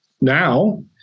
now